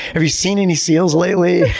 have you seen any seals lately?